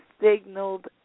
Signaled